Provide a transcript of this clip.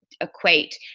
equate